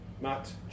Matt